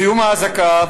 בסיום האזעקה,